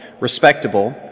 respectable